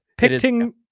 Picting